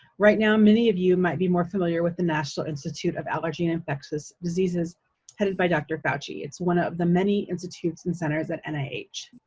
right now many of you may be more familiar with the national institute of allergy and infectious diseases headed by dr. fauci. it's one of the many institutes and centers at and nih.